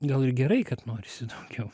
gal ir gerai kad norisi daugiau